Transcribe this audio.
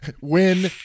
Win